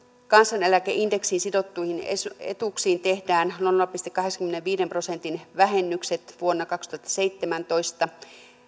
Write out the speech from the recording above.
kansaneläkeindeksiin sidottuihin etuuksiin tehdään nolla pilkku kahdeksankymmenenviiden prosentin vähennykset vuonna kaksituhattaseitsemäntoista